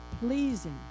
pleasing